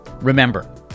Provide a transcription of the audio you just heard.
Remember